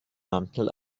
mantel